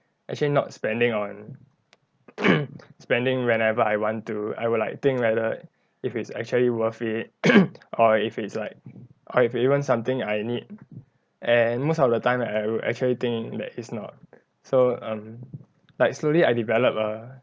actually not spending on spending whenever I want to I would like think whether if it's actually worth it or if it's like or if even something I need and most of the time I will actually think that it's not so um like slowly I develop a